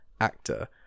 actor